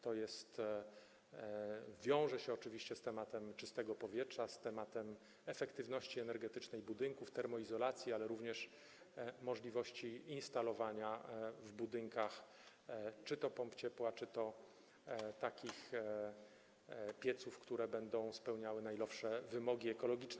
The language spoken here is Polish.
To wiąże się oczywiście z tematem czystego powietrza, z tematem efektywności energetycznej budynków, termoizolacji, ale również z możliwością instalowania w budynkach czy to pomp ciepła, czy to takich pieców, które będą spełniały najnowsze wymogi ekologiczne.